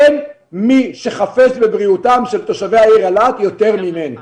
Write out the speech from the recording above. אין מי שחפץ בבריאותם של תושבי העיר אילת יותר ממני.